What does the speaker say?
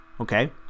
okay